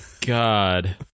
God